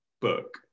book